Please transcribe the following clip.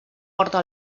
porta